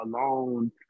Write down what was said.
alone